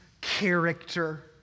character